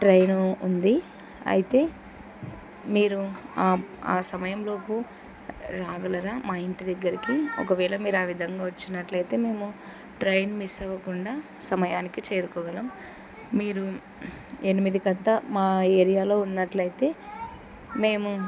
train ఉంది అయితే మీరు ఆ సమయం లోపు రాగలరా మా ఇంటి దగ్గరకి ఒకవేళ మీరు ఆ విధంగా వచ్చినట్లయితే మేము ట్రైన్ మిస్ అవ్వకుండా సమయానికి చేరుకోగలము మీరు ఎనిమిదికలా మా ఏరియాలో ఉన్నట్లయితే మేము